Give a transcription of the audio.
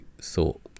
thought